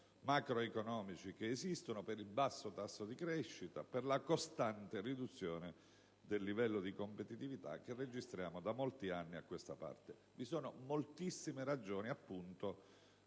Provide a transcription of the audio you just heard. è discusso e che esistono, per il basso tasso di crescita, per la costante riduzione del livello di competitività che registriamo da molti anni a questa parte. Vi sono moltissime ragioni che